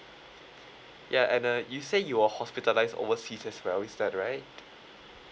ya and uh you said you were hospitalised overseas as well is that right